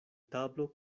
tablo